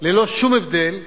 ללא שום הבדל.